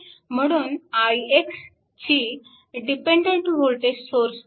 म्हणून ix ची dependent voltage source आहे